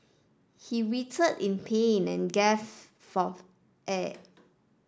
he writhed in pain and gaff forth air